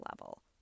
level